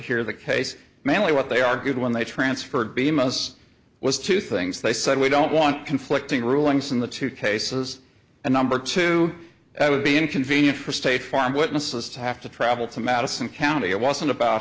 the case manley what they are good when they transferred bemis was two things they said we don't want conflicting rulings in the two cases and number two that would be inconvenient for state farm witnesses to have to travel to madison county it wasn't about